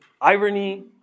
irony